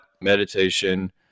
Meditation